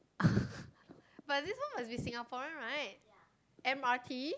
but this one must be Singaporean right m_r_t